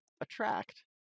Attract